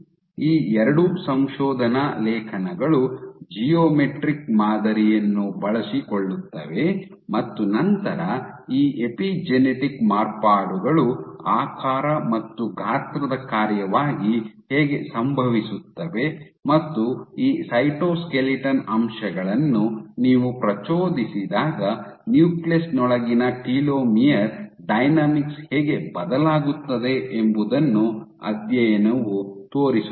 ಈ ಎರಡೂ ಸಂಶೋಧನಾ ಲೇಖನಗಳು ಜಿಯೋಮೆಟ್ರಿಕ್ ಮಾದರಿಯನ್ನು ಬಳಸಿಕೊಳ್ಳುತ್ತವೆ ಮತ್ತು ನಂತರ ಈ ಎಪಿಜೆನೆಟಿಕ್ ಮಾರ್ಪಾಡುಗಳು ಆಕಾರ ಮತ್ತು ಗಾತ್ರದ ಕಾರ್ಯವಾಗಿ ಹೇಗೆ ಸಂಭವಿಸುತ್ತವೆ ಮತ್ತು ಈ ಸೈಟೋಸ್ಕೆಲಿಟನ್ ಅಂಶಗಳನ್ನು ನೀವು ಪ್ರಚೋದಿಸಿದಾಗ ನ್ಯೂಕ್ಲಿಯಸ್ ನೊಳಗಿನ ಟೆಲೋಮಿಯರ್ ಡೈನಾಮಿಕ್ಸ್ ಹೇಗೆ ಬದಲಾಗುತ್ತದೆ ಎಂಬುದನ್ನು ಅಧ್ಯಯನವು ತೋರಿಸುತ್ತದೆ